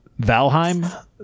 Valheim